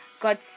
God